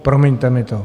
Promiňte mi to.